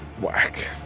whack